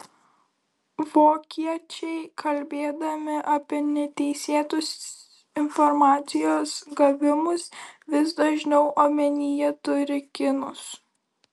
vokiečiai kalbėdami apie neteisėtus informacijos gavimus vis dažniau omenyje turi kinus